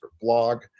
blog